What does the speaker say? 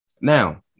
Now